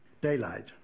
daylight